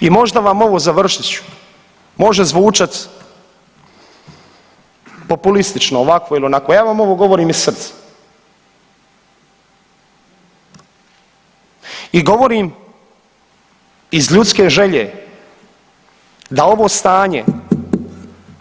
I možda vam ovo, završit ću, može zvučat populistično ovako ili onako, ja vam ovo govorim iz srca i govorim iz ljudske želje da ovo stanje